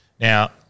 Now